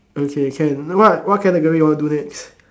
okay can what what category you want to do next